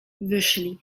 wyszli